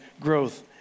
growth